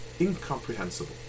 incomprehensible